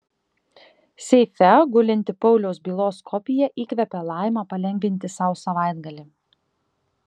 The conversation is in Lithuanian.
seife gulinti pauliaus bylos kopija įkvepia laimą palengvinti sau savaitgalį